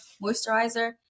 moisturizer